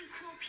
cool